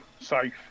safe